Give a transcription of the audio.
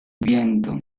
viento